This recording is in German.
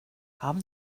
haben